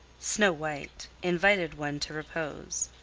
snow-white, invited one to repose.